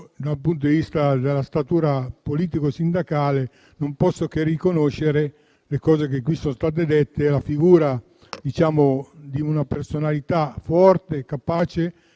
dal punto di vista della sua statura politico-sindacale, non posso che riconoscere le cose che qui sono state dette, la figura di una personalità forte, capace